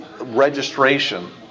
registration